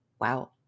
wow